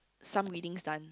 some readings done